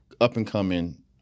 up-and-coming